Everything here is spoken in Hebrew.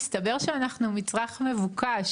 מסתבר שאנחנו מצרך מבוקש,